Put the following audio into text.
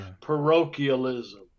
parochialism